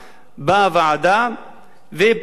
באה הוועדה ופשוט מאוד